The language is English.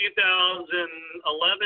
2011